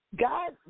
God